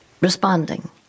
responding